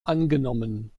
angenommen